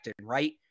right